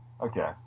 Okay